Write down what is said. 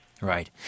Right